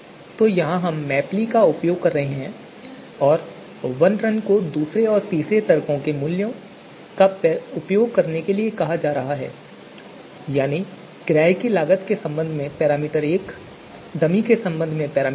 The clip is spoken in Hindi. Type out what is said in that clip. तो यहां हम मैपली का उपयोग कर रहे हैं और वनरन को दूसरे और तीसरे तर्कों के मूल्यों का उपयोग करने के लिए कहा जा रहा है यानी किराए की लागत के संबंध में पैरामीटर 1 डमी के संबंध में पैरामीटर 2